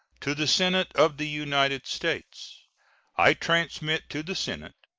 to the senate of the united states i transmit to the senate,